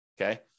Okay